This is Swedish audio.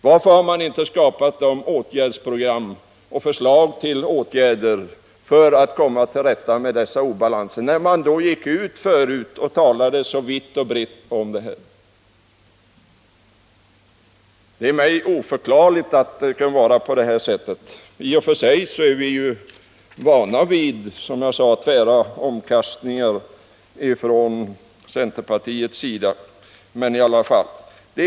Varför har man inte skapat de åtgärdsprogram och föreslagit de konkreta åtgärder som behövs för att komma till rätta med dessa obalanser? Man gick ju ut och talade så vitt och brett om detta. Det är för mig oförklarligt att det kan vara på det här sättet. I och för sig är vi vana vid tvära omkastningar från centerpartiets sida — men i alla fall!